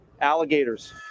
alligators